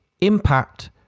impact